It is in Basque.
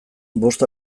bost